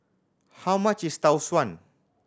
how much is Tau Suan